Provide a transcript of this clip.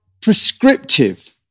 prescriptive